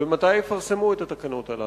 ומתי יפרסמו את התקנות הללו?